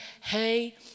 Hey